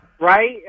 right